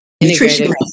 nutrition